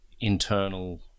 internal